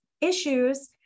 issues